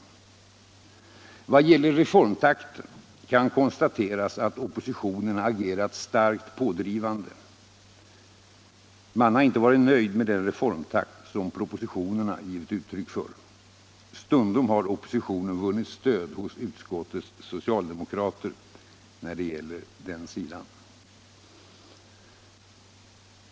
I vad gäller reformtakten kan konstateras att oppositionen har agerat starkt pådrivande. Man har inte varit nöjd med den reformtakt som propositionerna givit utryck för. Stundom har oppositionen vunnit stöd hos utskottets socialdemokrater 1 detta avseende.